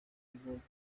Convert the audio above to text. b’igihugu